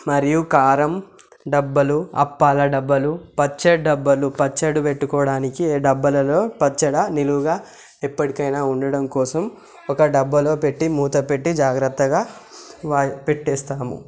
మరియు కారం డబ్బాలు అప్పాల డబ్బాలు పచ్చడి డబ్బాలు పచ్చడి పెట్టుకోవడానికి డబ్బాలలో పచ్చడి నిలువ ఎప్పటికైనా ఉండడం కోసం ఒక డబ్బాలో పెట్టి మూత పెట్టి జాగ్రత్తగా వా పెట్టేస్తాము